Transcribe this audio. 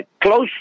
Close